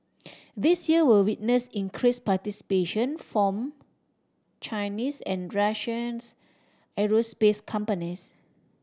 this year will witness increased participation from Chinese and Russians aerospace companies